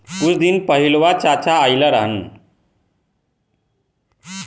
कुछ दिन पहिलवा चाचा आइल रहन